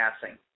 passing